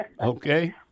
Okay